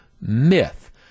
myth